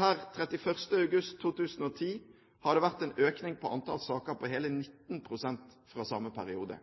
Per 31. august 2010 har det vært en økning på antall saker på hele 19 pst. fra samme